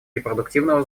репродуктивного